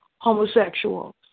homosexuals